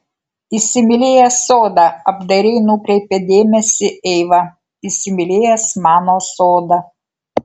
įsimylėjęs sodą apdairiai nukreipė dėmesį eiva įsimylėjęs mano sodą